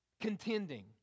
contending